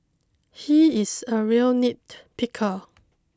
he is a real nitpicker